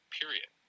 period